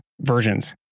versions